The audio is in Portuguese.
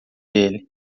ele